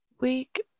week